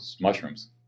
mushrooms